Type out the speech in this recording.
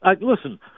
Listen